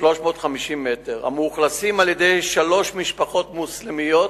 350 מטר המאוכלסים על-ידי שלוש משפחות מוסלמיות,